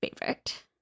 favorite